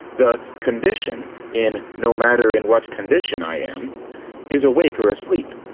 the condition in no matter in what condition i am is awake or asleep.